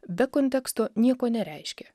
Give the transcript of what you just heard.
be konteksto nieko nereiškia